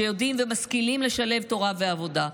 שיודעים ומשכילים לשלב תורה ועבודה,